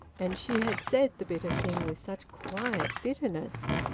and she had said the bitter thing with such quiet bitterness!